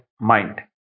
mind